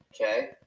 Okay